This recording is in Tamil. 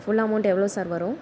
ஃபுல் அமௌண்ட் எவ்வளோ சார் வரும்